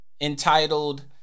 Entitled